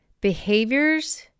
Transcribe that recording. behaviors